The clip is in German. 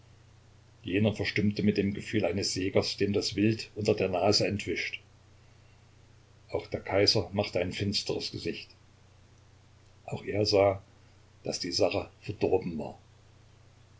jener verstummte mit dem gefühl eines jägers dem das wild unter der nase entwischt auch der kaiser machte ein finsteres gesicht auch er sah daß die sache verdorben war